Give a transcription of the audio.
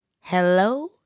Hello